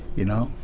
you know?